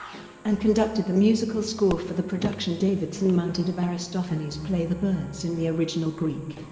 and conducted the musical score for the production davidson mounted of aristophanes' play the birds in the original greek.